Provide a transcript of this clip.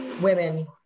women